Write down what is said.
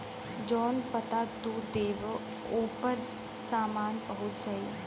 जौन पता तू देबा ओपर सामान पहुंच जाई